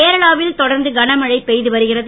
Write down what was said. கேரளாவில் தொடர்ந்து கனமழை பெய்து வருகிறது